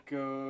go